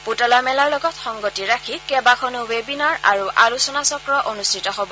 পুতলা মেলাৰ লগত সংগতি ৰাখি কেইবাখনো ৱেবিনাৰ আৰু আলোচনা চক্ৰ অনুষ্ঠিত হ'ব